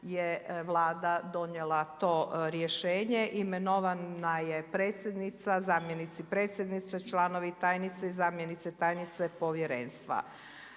je Vlada donijela to rješenje, imenovana je predsjednica, zamjenici predsjednice, članovi, tajnice i zamjenice tajnice povjerenstva.